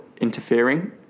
interfering